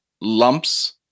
lumps